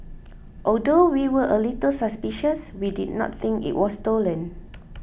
although we were a little suspicious we did not think it was stolen